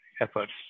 efforts